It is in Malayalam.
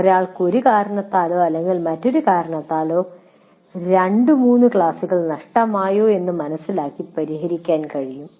ഒരാൾക്ക് ഒരു കാരണത്താലോ അല്ലെങ്കിൽ മറ്റൊരു കാരണത്താലോ 2 3 ക്ലാസുകൾ നഷ്ടമായോ എന്ന് മനസിലാക്കി പരിഹരിക്കാൻ കഴിയും